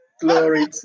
Glory